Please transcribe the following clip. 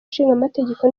nshingamategeko